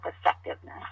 effectiveness